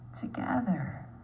together